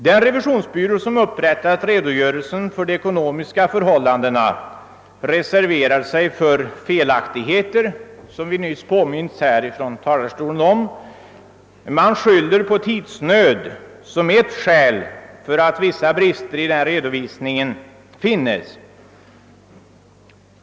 Den revisionsbyrå som upprättat redogörelsen för de ekonomiska förhållandena reserverade sig för felaktigheter, såsom vi nyss har påmints om. Man skyller på tidsnöd som ett skäl för att vissa brister i redovisningen finns.